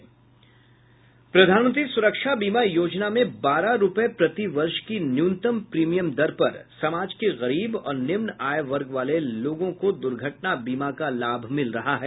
प्रधानमंत्री सुरक्षा बीमा योजना में बारह रुपये प्रति वर्ष की न्यूनतम प्रीमियम दर पर समाज के गरीब और निम्न आय वाले वर्ग के लोगों को दुर्घटना बीमा का लाभ मिल रहा है